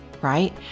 right